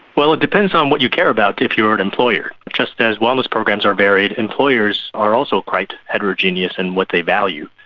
well, it depends on what you care about if you are an employer. just as wellness programs are varied, employers are also quite heterogeneous in and what they value.